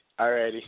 Alrighty